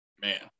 Man